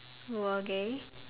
okay